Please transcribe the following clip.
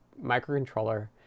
microcontroller